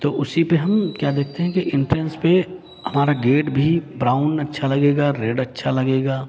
तो उसी पे हम क्या देखते हैं कि इंट्रेन्स पे हमारा गेट भी ब्राउन अच्छा लगेगा रेड अच्छा लगेगा